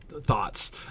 thoughts